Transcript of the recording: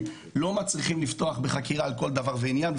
לא מצריכים לפתוח בחקירה על כל דבר ועניין.